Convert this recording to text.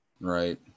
Right